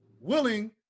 willing